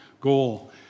goal